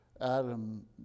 Adam